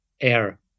air